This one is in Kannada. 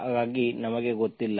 ಹಾಗಾಗಿ ನಮಗೆ ಗೊತ್ತಿಲ್ಲ